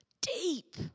deep